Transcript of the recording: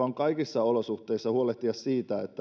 on kaikissa olosuhteissa huolehtia siitä että